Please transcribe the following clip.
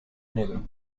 negro